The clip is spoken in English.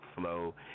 flow